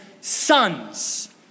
sons